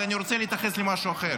אבל אני רוצה להתייחס למשהו אחר.